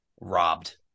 Robbed